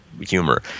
humor